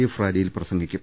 F റാലിയിൽ പ്രസംഗിക്കും